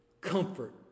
comfort